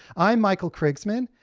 i'm michael krigsman,